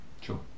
sure